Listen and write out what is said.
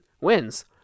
wins